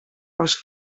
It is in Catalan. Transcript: els